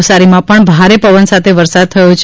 નવસારીમાં પણ ભારે પવન સાથે વરસાદ થયો છે